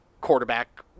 quarterback